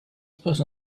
person